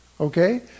Okay